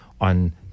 on